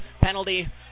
penalty